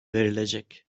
verilecek